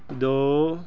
ਦੋ